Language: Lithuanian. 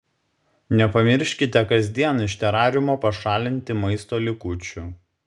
nepamirškite kasdien iš terariumo pašalinti maisto likučių